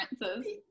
differences